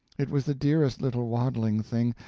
it was the dearest little waddling thing,